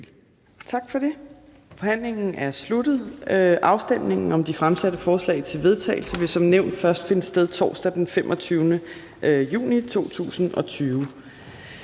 Tak for ordet. Forhandlingen er sluttet. Afstemningen om de fremsatte forslag til vedtagelse vil som nævnt først finde sted torsdag den 25. juni 2020.